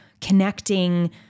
connecting